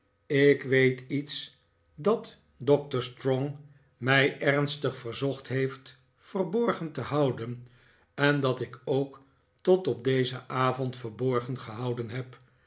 ik weet iets dat doctor strong mij ernstig verzocht heeft verborgen te houden en dat ik ook tot op dezen avond verborgen gehouden heb